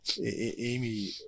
amy